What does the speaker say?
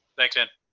thanks sam.